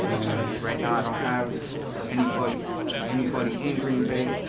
and right now i don't have anybody anybody in green bay,